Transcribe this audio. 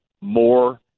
more